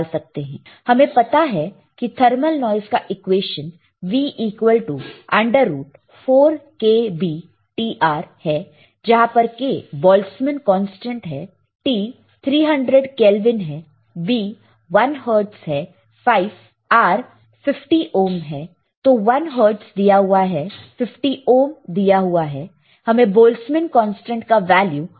हमें पता है कि थर्मल नॉइस का equation V equal to under root 4 k B T R है जहां पर k बोल्ट्जमान कांस्टेंट है T 300 केल्विन है B 1 हर्ट्ज़ है R 50 ओहम है तो 1 हर्ट्ज़ दिया हुआ है 50 ओहम दिया हुआ है हमें बोल्ट्जमान कांस्टेंट का वैल्यू पता होना चाहिए